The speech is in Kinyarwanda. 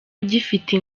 ugifite